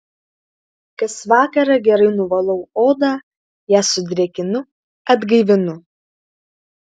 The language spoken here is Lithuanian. kas vakarą gerai nuvalau odą ją sudrėkinu atgaivinu